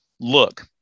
look